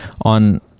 on